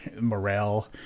morale